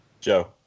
Joe